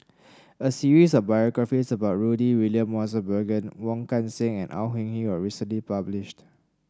a series of biographies about Rudy William Mosbergen Wong Kan Seng and Au Hing Yee was recently published